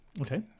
Okay